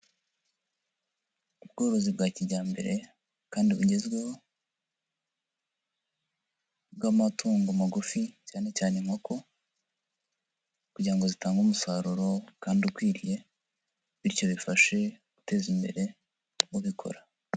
Ubworozi bwa kijyambere kandi bugezweho bw'amatungo magufi cyane cyane inkoko, kugira ngo zitange umusaruro kandi ukwiriye, bityo bifashe guteza imbere ubikora.